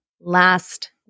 last